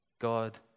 God